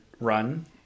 run